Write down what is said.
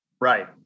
Right